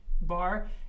bar